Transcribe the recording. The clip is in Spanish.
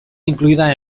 incluidas